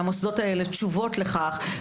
מהמוסדות האלה תשובות לכך.